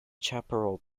chaparral